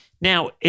Now